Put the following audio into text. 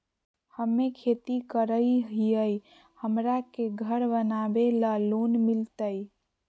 हमे खेती करई हियई, हमरा के घर बनावे ल लोन मिलतई?